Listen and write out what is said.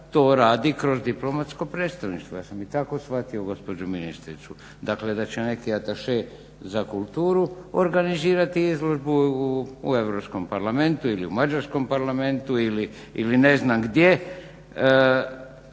to radi kroz diplomatsko predstavništvo, ja sam i tako shvatio gospođu ministricu, dakle da će neki ataše za kulturu organizirati izložbu u EU parlamentu ili u Mađarskom parlamentu ili ne znam gdje